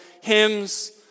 hymns